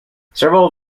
several